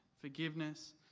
forgiveness